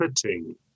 fitting